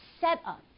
setup